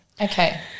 okay